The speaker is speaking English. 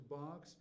box